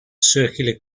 circular